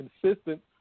consistent